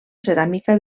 ceràmica